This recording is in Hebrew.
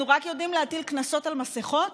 אנחנו רק יודעים להטיל קנסות על מסכות,